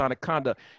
conduct